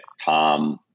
Tom